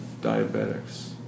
diabetics